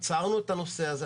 עצרנו את הנושא הזה,